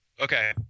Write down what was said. okay